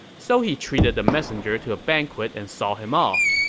so he treated the messenger to a banquet and saw him off.